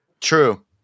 true